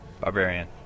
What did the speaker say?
Barbarian